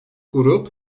grup